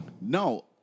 No